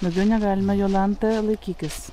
daugiau negalima jolanta laikykis